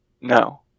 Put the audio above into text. No